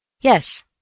Yes